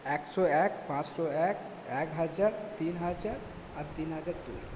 একশো এক পাঁচশো এক এক হাজার তিন হাজার আর তিন হাজার দুই